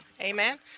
Amen